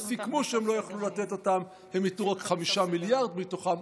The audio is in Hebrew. סיכמו שהם לא יוכלו לתת והם ייתנו רק 5 מיליארד מתוכן,